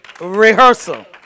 rehearsal